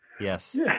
Yes